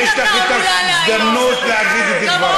יש לך את ההזדמנות להגיד את דברייך.